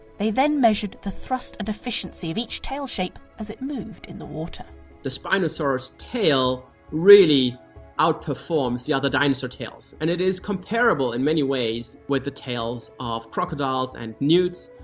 they then measured the thrust and efficiency of each tail shape as it moved in the water. nizar the spinosaurus tail really outperforms the other dinosaur tails. and it is comparable in many ways with the tails of crocodiles and newts.